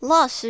Loss